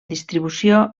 distribució